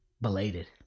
Belated